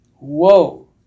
Whoa